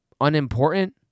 unimportant